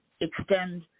extend